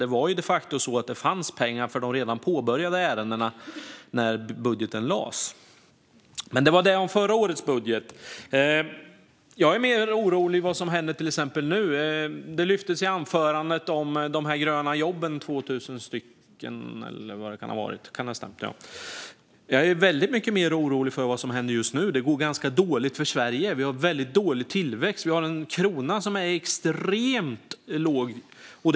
Det var de facto så att det fanns pengar för de redan påbörjade ärendena när budgeten lades fram. Men detta var förra årets budget. Jag är mer orolig för vad som händer nu. I anförandet lyftes de 2 000 gröna jobben, tror jag, fram. Jag är mycket mer orolig för vad som händer just nu. Det går ganska dåligt för Sverige. Vi har en mycket dålig tillväxt, och vi har en krona som är extremt lågt värderad.